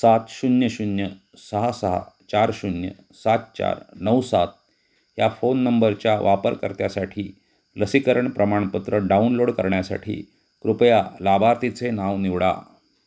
सात शून्य शून्य सहा सहा चार शून्य सात चार नऊ सात या फोन नंबरच्या वापरकर्त्यासाठी लसीकरण प्रमाणपत्र डाउनलोड करण्यासाठी कृपया लाभार्थीचे नाव निवडा